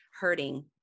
hurting